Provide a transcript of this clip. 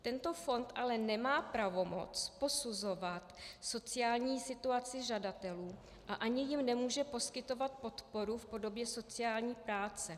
Tento fond ale nemá pravomoc posuzovat sociální situaci žadatelů a ani jim nemůže poskytovat podporu v podobě sociální práce.